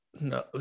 No